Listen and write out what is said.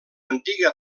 antiga